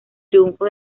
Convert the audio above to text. triunfo